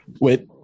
Wait